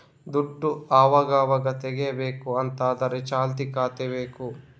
ದುಡ್ಡು ಅವಗಾವಾಗ ತೆಗೀಬೇಕು ಅಂತ ಆದ್ರೆ ಚಾಲ್ತಿ ಖಾತೆ ಬೇಕು